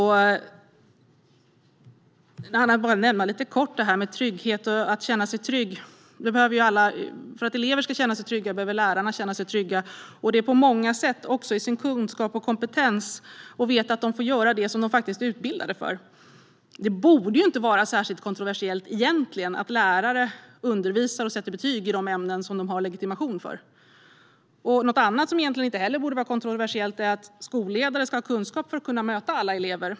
För att elever ska känna sig trygga behöver lärarna känna sig trygga, på många sätt, också i sin kunskap och kompetens. De ska veta att de får göra det de faktiskt är utbildade för. Det borde egentligen inte vara särskilt kontroversiellt att lärare ska undervisa och sätta betyg i de ämnen för vilka de har legitimation. Det borde inte heller vara kontroversiellt att skolledare ska ha kunskap för att kunna möta alla elever.